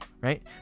Right